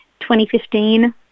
2015